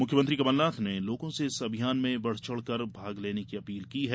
मुख्यमंत्री कमलनाथ ने लोगों से इस अभियान में बढचढ़ कर भाग लेने की अपील की है